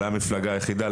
אולי המפלגה היחידה,